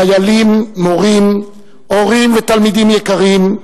חיילים, מורים, הורים ותלמידים יקרים,